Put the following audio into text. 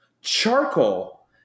Charcoal